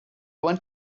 want